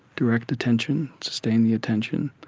direct attention, sustain the attention,